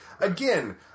Again